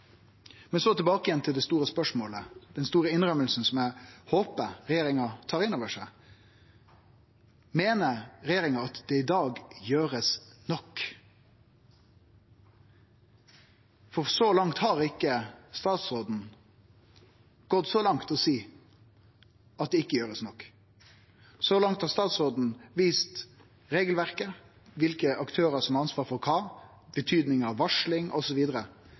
Men så tilbake til det store spørsmålet, den store innrømminga som eg håper regjeringa tar innover seg: Meiner regjeringa at ein i dag gjer nok? For så langt har ikkje statsråden gått så langt som til å seie at ein ikkje gjer nok. Så langt har statsråden vist til regelverket, kva for aktørar som har ansvaret for kva, betydninga av varsling